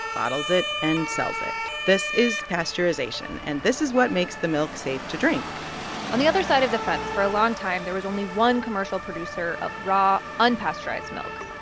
bottles it and sells it. this is pasteurization. and this is what makes the milk safe to drink on the other side of the fence, for a long time, there was only one commercial producer of raw unpasteurized milk,